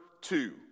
two